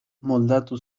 moldatu